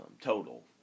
total